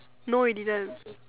no we didn't